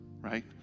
right